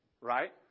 right